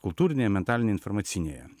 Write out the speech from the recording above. kultūrinėje mentalinėje informacinėje